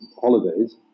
holidays